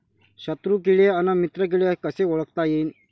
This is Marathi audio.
शत्रु किडे अन मित्र किडे कसे ओळखता येईन?